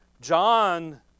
john